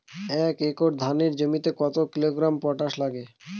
এক একর ধানের জমিতে কত কিলোগ্রাম পটাশ লাগে?